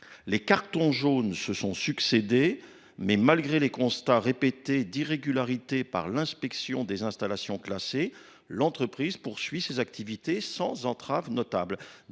Les cartons jaunes se sont succédé, mais, malgré des constats d’irrégularité dressés de manière répétée par l’inspection des installations classées, l’entreprise poursuit ses activités sans entrave notable.